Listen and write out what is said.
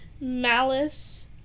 malice